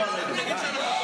אתם בושה.